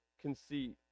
conceit